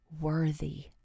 worthy